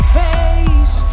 face